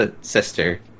sister